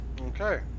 Okay